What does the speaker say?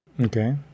Okay